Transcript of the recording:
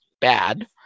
bad